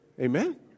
Amen